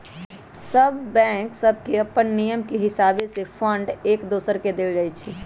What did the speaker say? सभ बैंक सभके अप्पन नियम के हिसावे से फंड एक दोसर के देल जाइ छइ